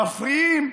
מפריעים,